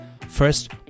First